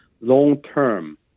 long-term